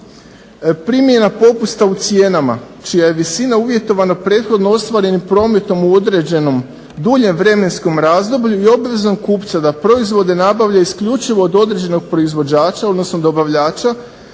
primjena popusta u cijenama čija je visina uvjetovana prethodno ostvarenim prometom u određenom duljem vremenskom razdoblju i obvezom kupca da proizvode nabavlja isključivo od određenog proizvođača odnosno dobavljača